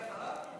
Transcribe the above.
אני אחריו?